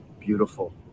beautiful